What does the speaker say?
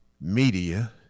Media